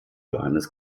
johannes